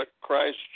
Christ